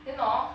then orh